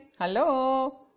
Hello